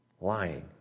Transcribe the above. lying